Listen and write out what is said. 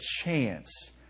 chance